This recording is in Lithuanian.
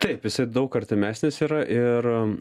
taip jisai daug artimesnis yra ir